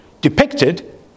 depicted